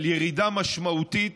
על ירידה משמעותית